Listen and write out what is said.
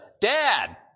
Dad